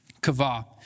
Kava